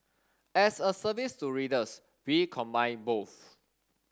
as a service to readers we combine both